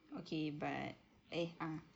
okay but eh ah